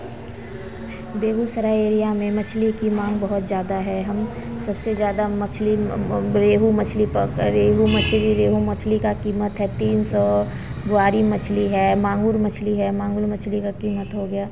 Begusarai area में मछली की माँग बहुत ज़्यादा है हम सबसे ज़्यादा मछली रेहू मछली पक रेहू मछली का कीमत है तीन सौ बुआरी मछली है मांगुर मछली ही मांगुर मछली का कीमत हो गया